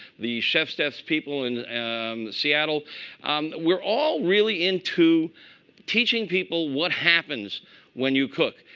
the chefsteps people in um seattle um we're all really into teaching people what happens when you cook.